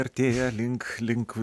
artėja link link